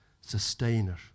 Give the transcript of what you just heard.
sustainer